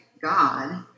God